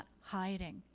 hiding